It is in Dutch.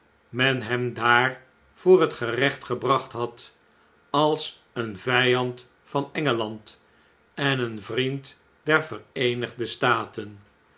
men hem daar voor het gerecht gebracht had als een vjjand van engeland en een vriend der vereenigde staten